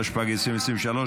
התשפ"ג 2023,